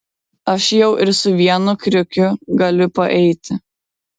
aš jau ir su vienu kriukiu galiu paeiti